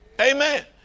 Amen